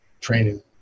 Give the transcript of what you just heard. training